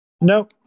No